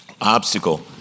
obstacle